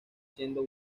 siendo